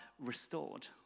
restored